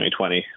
2020